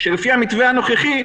לפי המתווה הנוכחי,